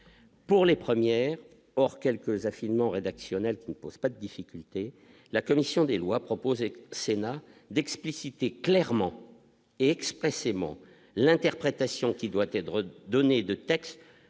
pour les premières or quelques affinement rédactionnel pour pas difficulté : la commission des lois proposées Sénat d'expliciter clairement et expressément l'interprétation qui doit être donné de textes